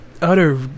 utter